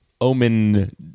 omen